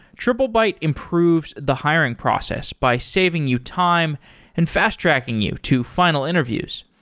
triplebyte improves the hiring process by saving you time and fast-tracking you to final interviews.